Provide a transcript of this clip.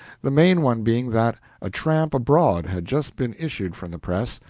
the main one being that a tramp abroad had just been issued from the press,